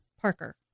Parker